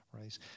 Right